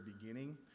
beginning